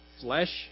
flesh